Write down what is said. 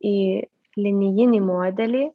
į linijinį modelį